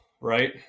right